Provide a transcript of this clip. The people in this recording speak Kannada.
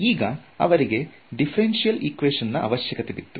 ಈಗ ಅವರಿಗೆ ದಿಫರೆನ್ಸಿಯಲ್ ಈಕ್ವೇಶನ್ ನ ಅವಶ್ಯಕತೆ ಬಿತ್ತು